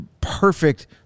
perfect